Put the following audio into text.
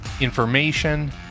information